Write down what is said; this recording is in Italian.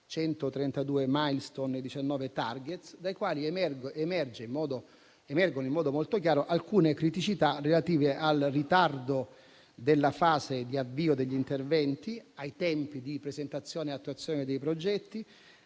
132 *milestone*, 19 *target*, dai quali emergono in modo molto chiaro alcune criticità relative al ritardo della fase di avvio degli interventi, ai tempi di presentazione ed attuazione dei progetti,